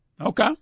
Okay